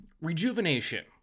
rejuvenation